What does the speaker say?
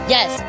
Yes